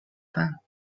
reins